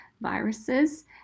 viruses